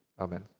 Amen